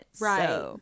Right